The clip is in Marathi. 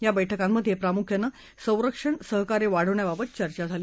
या बैठकांमधे प्रामुख्यानं संरक्षण सहकार्य वाढवण्याबाबत चर्चा झाली